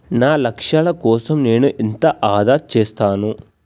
నా లక్ష్యాల కోసం నేను ఎంత ఆదా చేస్తాను?